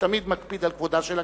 שתמיד מקפיד על כבודה של הכנסת,